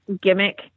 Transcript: gimmick